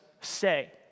say